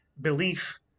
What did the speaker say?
belief